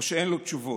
או שאין לו תשובות.